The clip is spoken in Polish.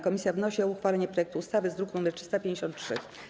Komisja wnosi o uchwalenie projektu ustawy z druku nr 353.